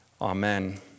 Amen